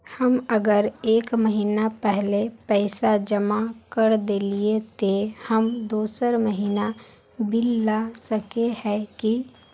हम अगर एक महीना पहले पैसा जमा कर देलिये ते हम दोसर महीना बिल ला सके है की?